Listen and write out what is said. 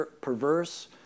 perverse